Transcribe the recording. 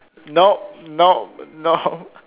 no no no